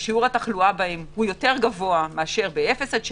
ששיעור התחלואה בהם יותר גבוה מאשר ב-0 עד 6,